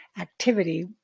activity